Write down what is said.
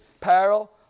peril